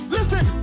Listen